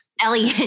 Ellie